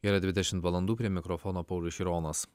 yra dvidešim valandų prie mikrofono paulius šironas